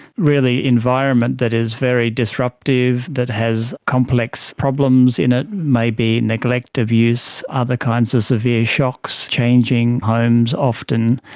really environment that is very disruptive, that has complex problems in it, maybe neglect of use, other kinds of severe shocks, changing homes often,